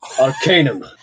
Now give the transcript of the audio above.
Arcanum